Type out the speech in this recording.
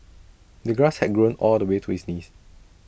the grass had grown all the way to his knees